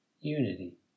unity